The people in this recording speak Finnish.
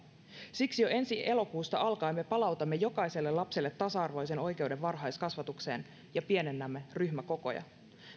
siksi jo ensi elokuusta alkaen me palautamme jokaiselle lapselle tasa arvoisen oikeuden varhaiskasvatukseen ja pienennämme ryhmäkokoja